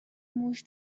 موش